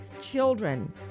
children